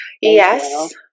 yes